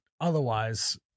otherwise